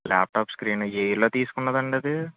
laptop screen ఏ ఇయర్లో తీసుకున్నది అండి అది